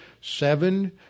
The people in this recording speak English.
seven